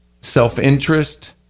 self-interest